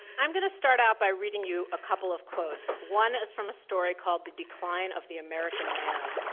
i'm going to start out by reading you a couple of quotes. one is from a story called, the decline of the american male.